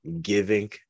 giving